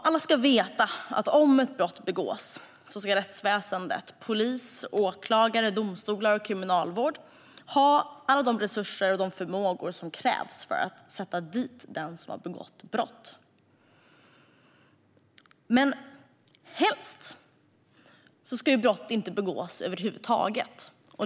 Alla ska veta att om ett brott begås ska rättsväsendet - polis, åklagare, domstolar och kriminalvård - ha alla de resurser och förmågor som krävs för att sätta dit den som har begått brottet. Men helst ska ju brott över huvud taget inte begås.